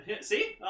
See